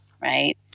right